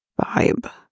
vibe